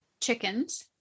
chickens